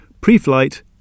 Pre-Flight